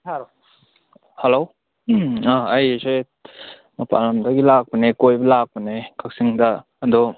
ꯁꯥꯔ ꯍꯜꯂꯣ ꯎꯝ ꯑꯩꯁꯦ ꯃꯄꯥꯟ ꯂꯝꯗꯒꯤ ꯂꯥꯛꯄꯅꯦ ꯀꯣꯏꯕ ꯂꯥꯛꯄꯅꯦ ꯀꯛꯆꯤꯡꯗ ꯑꯗꯣ